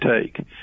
take